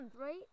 right